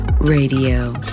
radio